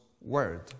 word